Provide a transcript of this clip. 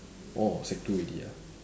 orh sec two already ah